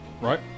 right